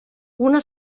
una